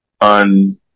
on